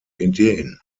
ideen